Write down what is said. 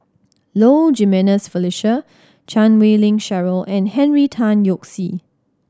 Low Jimenez Felicia Chan Wei Ling Cheryl and Henry Tan Yoke See